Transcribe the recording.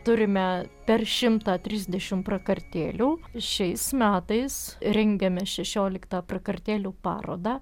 turime per šimtą trisdešim prakartėlių šiais metais rengiame šešioliktą prakartėlių parodą